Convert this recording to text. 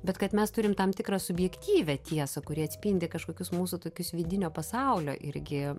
bet kad mes turim tam tikrą subjektyvią tiesą kuri atspindi kažkokius mūsų tokius vidinio pasaulio irgi